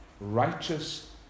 righteous